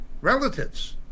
relatives